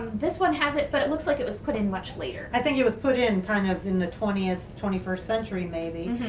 this one has it, but it looks like it was put in much later. i think it was put in kind of in the twentieth twentieth century maybe.